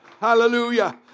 Hallelujah